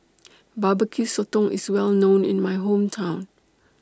Barbecue Sotong IS Well known in My Hometown